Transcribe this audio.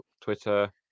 Twitter